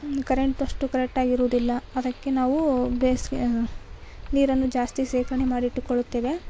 current ಅಷ್ಟು ಕರೆಕ್ಟಾಗಿ ಇರೋದಿಲ್ಲ ಅದಕ್ಕೆ ನಾವು ಬೇಸಿಗೆ ನೀರನ್ನು ಜಾಸ್ತಿ ಶೇಖರಣೆ ಮಾಡಿಟ್ಟುಕೊಳ್ಳುತ್ತೇವೆ